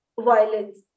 violence